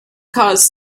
cause